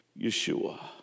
Yeshua